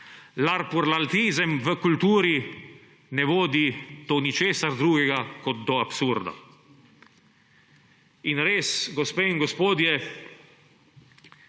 Larpurlatizem v kulturi ne vodi do ničesar drugega kot do absurda. In res, gospe in gospodje,